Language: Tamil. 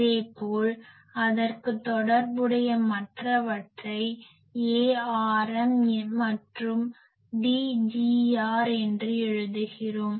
அதேபோல் அதற்கு தொடர்புடைய மற்றவற்றை Arm மற்றும் Dgr என்று எழுதுகிறோம்